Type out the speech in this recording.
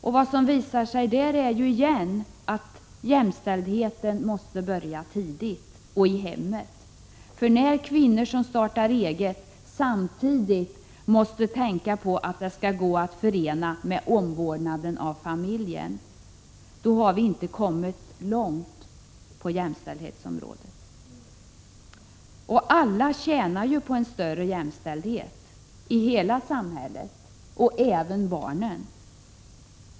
Vad som där visar sig är återigen att jämställdhetsarbetet måste börja tidigt, och i hemmen. När kvinnor som startar eget samtidigt måste tänka på att deras nya arbete skall gå att förena med omvårdnaden av familjen, då har vi inte kommit långt på jämställdhetsområdet. Alla i samhället tjänar ju på en större jämställdhet — även barnen.